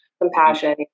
Compassion